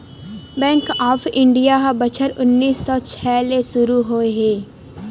bank of India ह बछर उन्नीस सौ छै ले सुरू होए हे